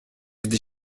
gdy